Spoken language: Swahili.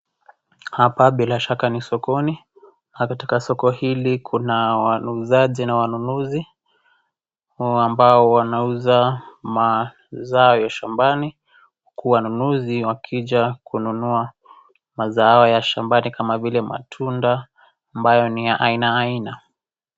Hapa bila shaka ni sokoni, aa katika soko hili kuna wanuuzaji na wanunuzi ambao wanauza maazao ya shambani. Uku wanunuzi, wakija kununua mazao ya shambani kama vile matunda ambayo ni ya aina aina.